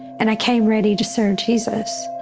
and i came ready to serve jesus.